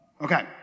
Okay